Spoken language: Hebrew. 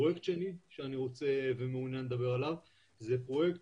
פרויקט שני שאני רוצה ומעוניין לדבר עליו זה פרויקט